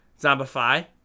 Zombify